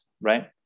right